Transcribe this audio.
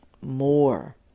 more